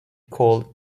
called